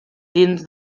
dins